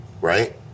Right